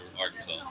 Arkansas